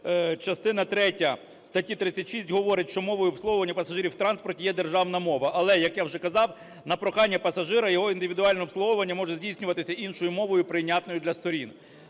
частина тертя статті 36 говорить, що мовою обслуговування пасажирів в транспорті є державна мова. Але, як я вже казав, на прохання пасажира його індивідуальне обслуговування може здійснюватися іншою мовою, прийнятною для сторін.